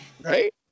Right